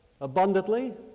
abundantly